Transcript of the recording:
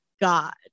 God